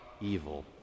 evil